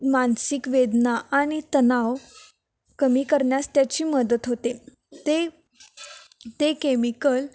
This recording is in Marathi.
मानसिक वेदना आणि तणाव कमी करण्यास त्याची मदत होते ते ते केमिकल